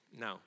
no